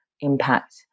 impact